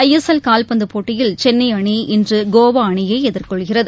ஐ S L கால்பந்துப் போட்டியில் சென்னை அணி இன்று கோவா அணியை எதிர்கொள்கிறது